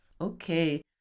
Okay